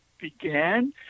began